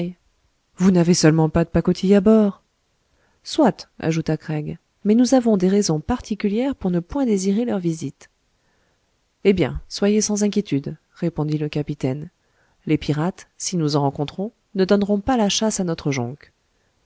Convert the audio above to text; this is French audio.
vous n'avez seulement pas de pacotille à bord soit ajouta craig mais nous avons des raisons particulières pour ne point désirer leur visite eh bien soyez sans inquiétude répondit le capitaine les pirates si nous en rencontrons ne donneront pas la chasse à notre jonque